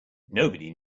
nobody